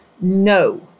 No